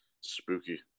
Spooky